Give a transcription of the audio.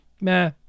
meh